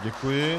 Děkuji.